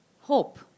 hope